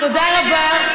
תודה רבה.